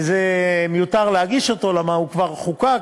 וזה מיותר להגיש אותה כי הוא כבר חוקק.